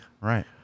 right